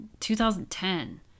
2010